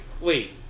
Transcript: wait